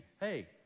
Hey